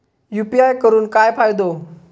UPI करून काय फायदो?